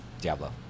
diablo